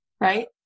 right